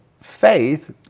faith